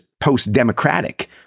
post-democratic